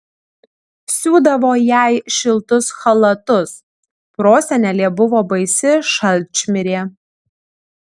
siūdavo jai šiltus chalatus prosenelė buvo baisi šalčmirė